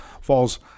falls